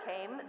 came